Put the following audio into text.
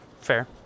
Fair